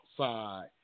outside